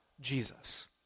Jesus